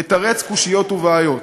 יתרץ קושיות ובעיות.